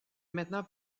maintenant